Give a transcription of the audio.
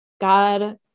God